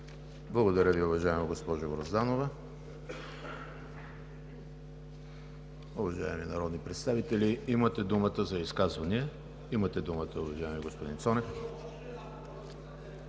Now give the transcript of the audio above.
Благодаря Ви, уважаема госпожо Грозданова. Уважаеми народни представители, имате думата за изказвания. Имате думата, уважаеми господин Цонев.